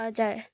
हजुर